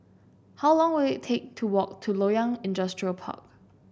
how long will it take to walk to Loyang Industrial Park